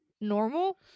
normal